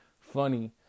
funny